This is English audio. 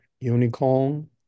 unicorn